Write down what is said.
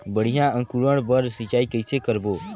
बढ़िया अंकुरण बर सिंचाई कइसे करबो?